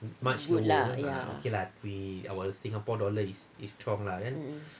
good lah ya